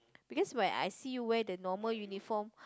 because when I see you wear the normal uniform